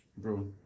Bro